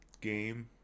game